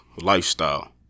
lifestyle